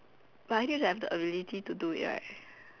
but I think I have the ability to do it right